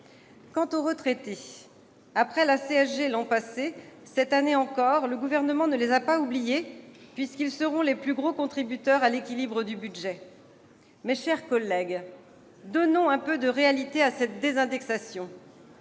Quant aux retraités, après la CSG l'an passé, cette année encore le Gouvernement ne les a pas oubliés puisqu'ils seront les plus gros contributeurs à l'équilibre du budget. Mes chers collègues, donnons un peu de réalité à cette désindexation.